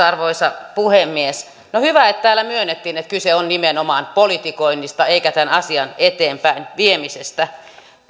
arvoisa puhemies no hyvä että täällä myönnettiin että kyse on nimenomaan politikoinnista eikä tämän asian eteenpäin viemisestä